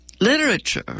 literature